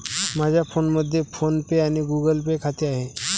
माझ्या फोनमध्ये फोन पे आणि गुगल पे खाते आहे